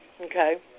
Okay